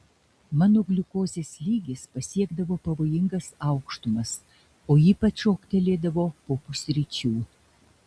mano gliukozės lygis pasiekdavo pavojingas aukštumas o ypač šoktelėdavo po pusryčių